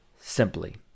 simply